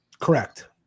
Correct